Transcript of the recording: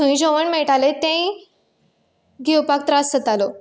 थंय जेवण मेळटालें तेंय घेवपाक त्रास जातालो